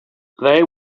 they